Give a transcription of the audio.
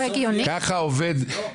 זה לא הגיוני פשוט.